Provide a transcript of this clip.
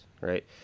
right